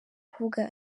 kuvuga